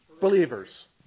Believers